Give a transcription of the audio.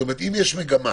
אם יש מגמה